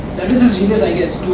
that is his genius i guess,